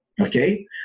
Okay